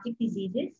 diseases